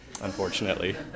unfortunately